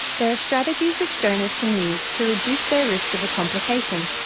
there are strategies which donors can use to reduce their risk of a complication,